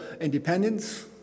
independence